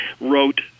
wrote